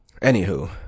Anywho